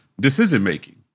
decision-making